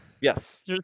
Yes